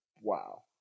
Wow